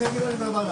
הישיבה